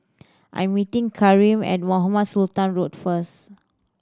I'm meeting Karim at Mohamed Sultan Road first